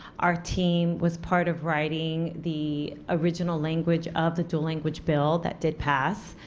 our team was part of writing the original language of the dual language bill that did pass,